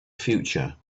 future